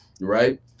Right